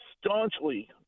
staunchly